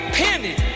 penny